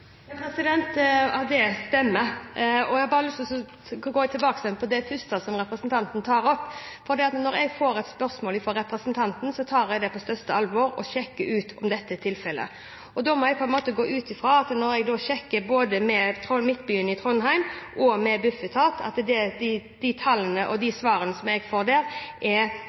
Det stemmer. Jeg har lyst til å gå tilbake til det første som representanten tok opp. Da jeg fikk spørsmål fra representanten, tok jeg det på største alvor og sjekket ut om dette var tilfelle. Og da må jeg på en måte gå ut fra – når jeg har sjekket både med Midtbyen i Trondheim og med Bufetat – at de tallene og de svarene jeg får der, er